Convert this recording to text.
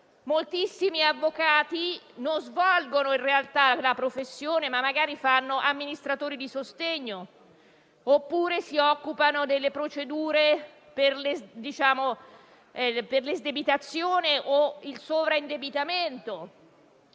Moltissimi avvocati non svolgono in realtà la professione, ma magari fanno gli amministratori di sostegno, oppure si occupano delle procedure per l'esdebitazione o il sovraindebitamento,